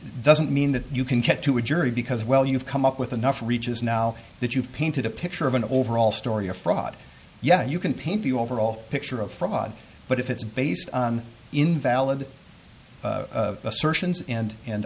doesn't mean that you can get to a jury because well you've come up with enough reaches now that you've painted a picture of an overall story a fraud yet you can paint the overall picture of fraud but if it's based on invalid